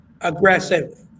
aggressive